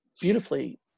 beautifully